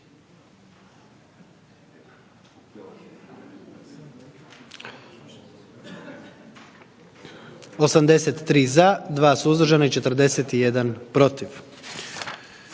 je za, 2 suzdržana i 75 protiv.